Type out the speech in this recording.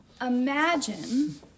Imagine